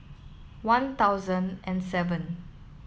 one thousand and seven